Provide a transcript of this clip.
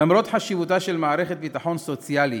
למרות חשיבותה של מערכת ביטחון סוציאלי,